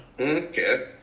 Okay